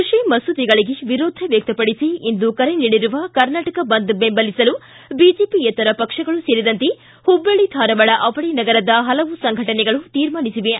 ಕೃಷಿ ಮಸೂದೆಗಳಿಗೆ ವಿರೋಧ ವ್ಯಕ್ತಪಡಿಸಿ ಇಂದು ಕರೆ ನೀಡಿರುವ ಕರ್ನಾಟಕ ಬಂದ್ ಬೆಂಬಲಿಸಲು ಬಿಜೆಪಿಯೇತರ ಪಕ್ಷಗಳು ಸೇರಿದಂತೆ ಹುಬ್ಬಳ್ಳಿ ಧಾರವಾಡ ಅವಳಿ ನಗರದ ಹಲವು ಸಂಘಟನೆಗಳು ತೀರ್ಮಾನಿಸಿವೆ